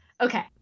Okay